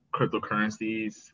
cryptocurrencies